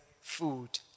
food